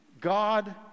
God